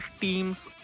teams